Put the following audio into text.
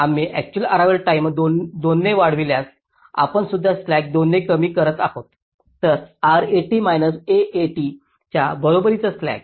आम्ही actual arrival time 2 ने वाढवल्यास आपणसुद्धा स्लॅक 2 ने कमी करत आहोत तर RAT मैनास AAT च्या बरोबरीचा स्लॅक